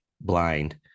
blind